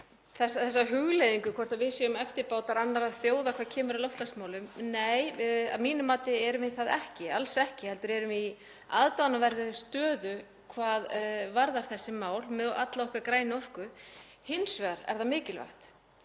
þessa hugleiðingu um hvort við séum eftirbátar annarra þjóða þegar kemur að loftslagsmálum. Nei, að mínu mati erum við það alls ekki heldur erum við í aðdáunarverðri stöðu hvað varðar þessi mál með alla okkar grænu orku. Hins vegar er það mikilvægt